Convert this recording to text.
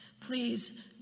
Please